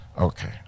Okay